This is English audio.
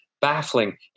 Baffling